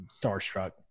starstruck